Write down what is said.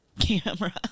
camera